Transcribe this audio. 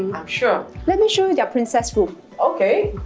i'm sure let me show you their princess room okay!